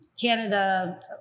Canada